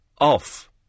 off